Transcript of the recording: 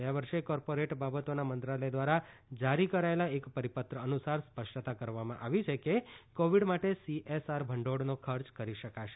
ગયા વર્ષે કોર્પોરેટ બાબતોના મંત્રાલય દ્વારા જારી કરાયેલા એક પરિપત્ર અનુસાર સ્પષ્ટતા કરવામાં આવી છે કે કોવીડ માટે સીએસઆર ભંડોળનો ખર્ચ કરી શકાશે